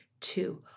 Two